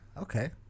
okay